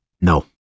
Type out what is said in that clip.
no